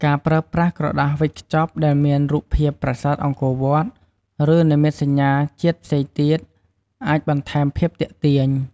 ការប្រើប្រាស់ ក្រដាសវេចខ្ចប់ដែលមានរូបភាពប្រាសាទអង្គរវត្ត ឬ និមិត្តសញ្ញាជាតិផ្សេងទៀត អាចបន្ថែមភាពទាក់ទាញ។